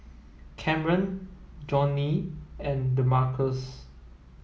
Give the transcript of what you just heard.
Camren Johny and Demarcus